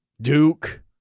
Duke